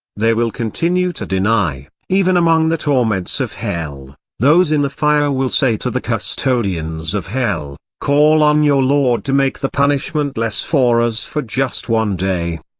they will continue to deny, even among the torments of hell those in the fire will say to the custodians of hell, call on your lord to make the punishment less for us for just one day.